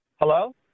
Hello